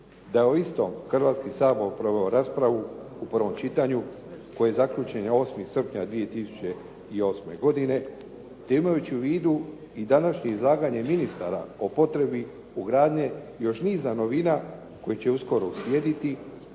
da je o istom Hrvatski sabor proveo raspravu u prvom čitanju koji je zaključen 8. srpnja 2008. godine, te imajući u vidu i današnje izlaganje ministara o potrebi ugradnje još niza novina koje će uskoro uslijediti,